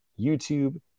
YouTube